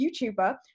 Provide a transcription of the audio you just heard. YouTuber